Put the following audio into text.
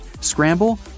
scramble